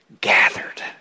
gathered